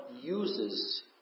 uses